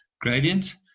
gradient